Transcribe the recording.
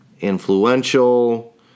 influential